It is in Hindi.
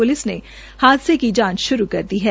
पुलिस ने हादसे की जांच शुरू कर दी है